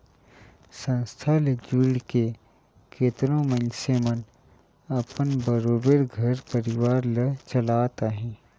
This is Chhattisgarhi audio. संस्था ले जुइड़ के केतनो मइनसे मन अपन बरोबेर घर परिवार ल चलात अहें